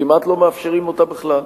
כמעט לא מאפשרים אותה בכלל.